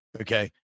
Okay